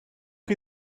chi